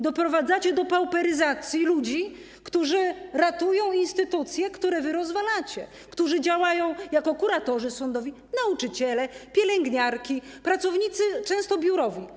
Doprowadzacie do pauperyzacji ludzi, którzy ratują instytucje, które wy rozwalacie, którzy działają jako kuratorzy sądowi, nauczyciele, pielęgniarki, często pracownicy biurowi.